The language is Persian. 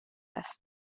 است